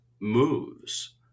moves